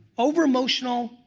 over emotional,